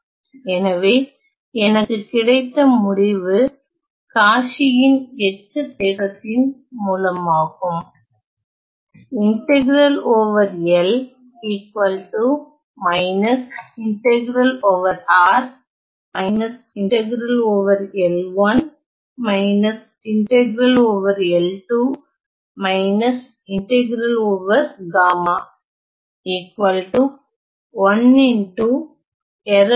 எனவே எனக்கு கிடைத்த முடிவு காச்சி யின் எச்ச தேற்றத்தின் மூலமாகும் Cauchy's residue theorem